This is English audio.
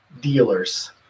dealers